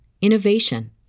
innovation